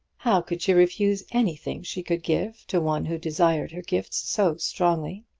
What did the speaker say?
how could she refuse anything she could give to one who desired her gifts so strongly?